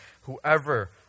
Whoever